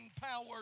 power